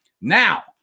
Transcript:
Now